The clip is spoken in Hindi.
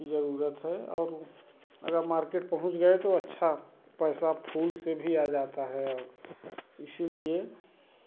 कि ज़रूरत है और अगर मार्केट पहुँच गए तो अच्छा पैसा फूल से भी आ जाता है इसीलिए